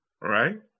Right